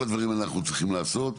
כל הדברים האלה אנחנו צריכים לעשות.